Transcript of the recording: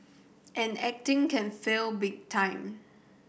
and acting can fail big time